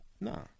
No